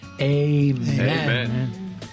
Amen